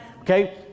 Okay